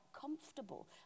comfortable